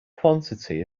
quantity